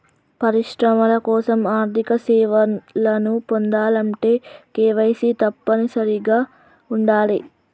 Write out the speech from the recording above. పరిశ్రమల కోసం ఆర్థిక సేవలను పొందాలంటే కేవైసీ తప్పనిసరిగా ఉండాలే